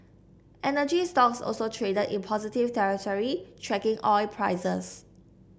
energy stocks also traded in positive territory tracking oil prices